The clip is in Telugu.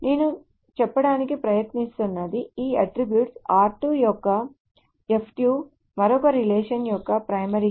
నేను చెప్పడానికి ప్రయత్నిస్తున్నది ఈ అట్ట్రిబ్యూట్ r2 యొక్క f2 మరొక రిలేషన్ యొక్క ప్రైమరీ కీ